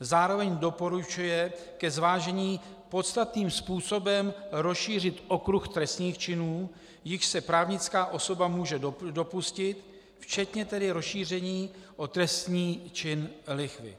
Zároveň doporučuje ke zvážení podstatným způsobem rozšířit okruh trestných činů, jichž se právnická osoba může dopustit, včetně tedy rozšíření o trestný čin lichvy.